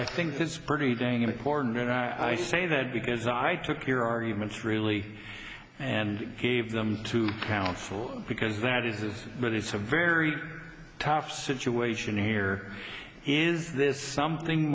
i think it's pretty dang important that i say that because i took your arguments really and gave them to counsel because that is but it's a very tough situation here is this something